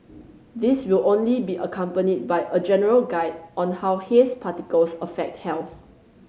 these will only be accompanied by a general guide on how haze particles affect health